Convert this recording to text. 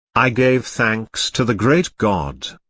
i gave thanks to the great god.